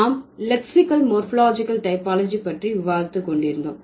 நாம் lexical morphological typology பற்றி விவாதித்து கொண்டிருந்தோம்